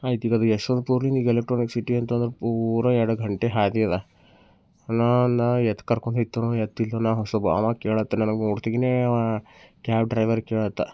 ಆಯ್ತು ಇದರಲ್ಲಿ ಯಶ್ವಂತ ಪುರ ಈಗ ಇಲೆಕ್ಟ್ರಾನಿಕ್ಸ್ ಸಿಟಿ ಅಂತಂದು ಪೂರಾ ಎರಡು ಘಂಟೆ ಹಾದಿ ಅದ ನಾನು ನಾನು ಏತ್ ಕರ್ಕೊಂಡು ಹೋಗ್ತಾನೋ ಏತ್ ಇಲ್ಲ ನಾ ಹೊಸಬ ಅವ ಕೇಳ್ತಾನೆ ನೋಡ್ತಿಗೆನೇ ಅವ ಕ್ಯಾಬ್ ಡ್ರೈವರ್ ಕೇಳತಾ